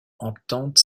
entente